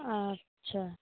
আচ্ছা